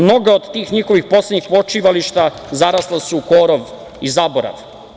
Mnoga od tih njihovih poslednjih počivališta zarasla su u korov i zaborav.